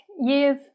years